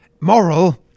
moral